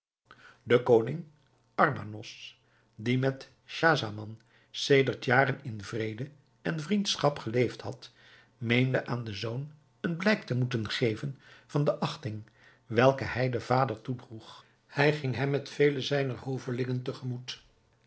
de koning armanos die met schahzaman sedert jaren in vrede en vriendschap geleefd had meende aan den zoon een blijk te moeten geven van de achting welke hij den vader toedroeg hij ging hem met vele zijner hovelingen